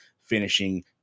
finishing